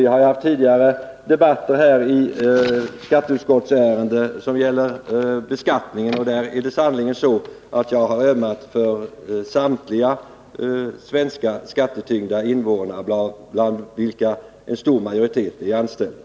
Vi har haft tidigare debatter i skatteutskottsärenden som gäller beskattningen, och där är det sannerligen så att jag har ömmat för samtliga svenska skattetyngda invånare, bland vilka en stor majoritet är anställda.